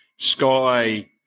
Sky